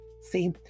See